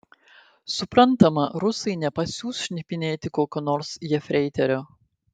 suprantama rusai nepasiųs šnipinėti kokio nors jefreiterio